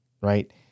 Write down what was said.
right